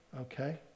okay